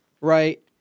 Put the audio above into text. right